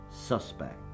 suspect